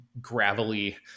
gravelly